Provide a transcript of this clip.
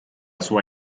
sua